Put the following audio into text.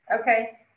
Okay